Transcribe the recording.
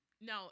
No